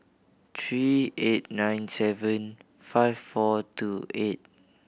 three eight nine seven five four two eight